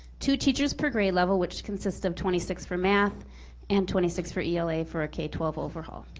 two teachers per grade level, which consist of twenty six for math and twenty six for ela for a k twelve overall.